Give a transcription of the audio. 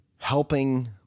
helping